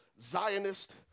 Zionist